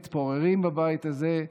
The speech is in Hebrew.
מתפוררים בבית הזה,